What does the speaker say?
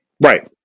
right